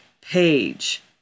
page